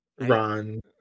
Ron